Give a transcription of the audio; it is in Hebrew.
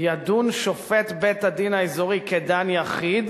ידון שופט בית-הדין האזורי כדן יחיד,